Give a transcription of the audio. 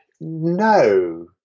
no